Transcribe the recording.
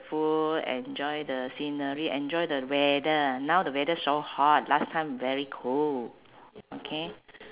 food enjoy the scenery enjoy the weather now the weather so hot last time very cool okay